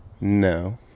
No